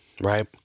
right